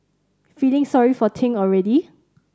feeling sorry for Ting already